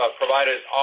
providers